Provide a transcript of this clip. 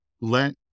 let